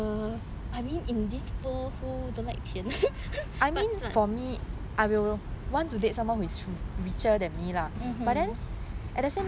err I mean in this world who don't like 钱